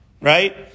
right